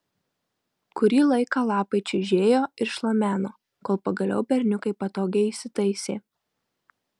kurį laiką lapai čiužėjo ir šlameno kol pagaliau berniukai patogiai įsitaisė